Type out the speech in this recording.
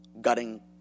gutting